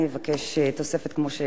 אני אבקש תוספת כמו,